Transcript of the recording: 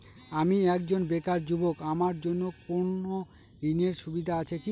আমি একজন বেকার যুবক আমার জন্য কোন ঋণের সুবিধা আছে কি?